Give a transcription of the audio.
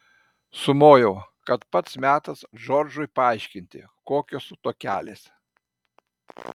sumojau kad pats metas džordžui paaiškinti kokios tokelės